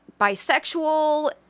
bisexual